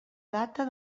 data